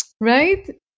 right